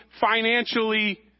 financially